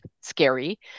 scary